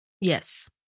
Yes